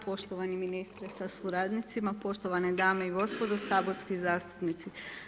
Poštovani ministre sa suradnicima, poštovane dame i gospodo, saborski zastupnici.